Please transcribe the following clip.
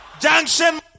Junction